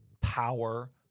power